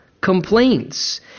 complaints